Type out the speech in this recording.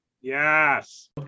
Yes